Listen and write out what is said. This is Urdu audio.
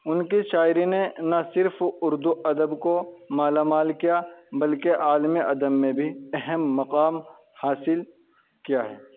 ان کی شاعری نے نہ صرف اردو ادب کو مالا مال کیا بلکہ عالم ادب میں بھی اہم مقام حاصل کیا ہے